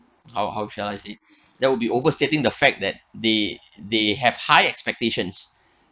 how how should I say it that would be overstating the fact that they they have high expectations